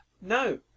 No